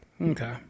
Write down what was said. Okay